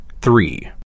three